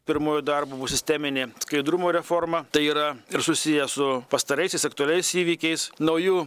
pirmuoju darbu bus sisteminė skaidrumo reforma tai yra ir susiję su pastaraisiais aktualiais įvykiais naujų